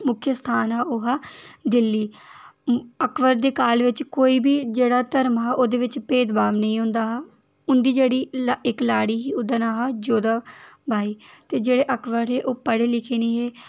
मुक्खस्थान हा ओह् हा दिल्ली अकबर दे काल च कोई बी जेह्ड़ा धर्म हा ओह्दे बिच्च भेद भाव नेई होंदा हा उ'न्दी जेह्ड़ी इक लाड़ी ही उं'दा नां हा जोद्धा भाई ते अकबर हे ओह् पढे लिखे नेईं हे'